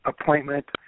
appointment